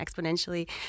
exponentially